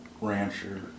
rancher